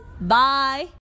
Bye